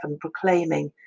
proclaiming